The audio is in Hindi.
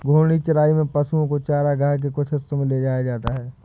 घूर्णी चराई में पशुओ को चरगाह के कुछ हिस्सों में ले जाया जाता है